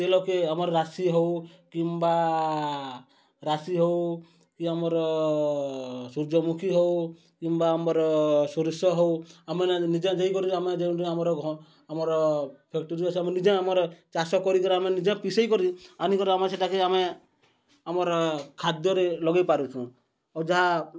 ତେଲକେ ଆମର୍ ରାଶି ହେଉ କିମ୍ବା ରାଶି ହେଉ କି ଆମର୍ ସୂର୍ଯ୍ୟମୁଖୀ ହେଉ କିମ୍ବା ଆମର୍ ସୁର୍ଷୋ ହେଉ ଆମେ ନିଜେ ଯାଇକରି ଆମେ ଯେଉଁଠି ଆମର୍ ଆମର ଫ୍ୟାକ୍ଟ୍ରି ଅଛେ ଆମେ ନିଜେ ଆମର ଚାଷ କରିକିରି ଆମେ ନିଜେ ପିସେଇ କରି ଆନିକରି ଆମେ ସେଟାକେ ଆମେ ଆମର୍ ଖାଦ୍ୟରେ ଲଗେଇ ପାରୁଛୁଁ ଆଉ ଯାହା